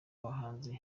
bahanzi